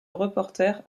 reporter